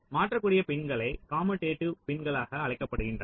மாற்றக்கூடிய பின்களை கமுடேடிவ் பின்ககளாக அழைக்கப்படுகின்றன